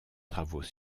travaux